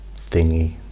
thingy